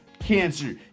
cancer